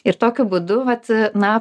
ir tokiu būdu vat na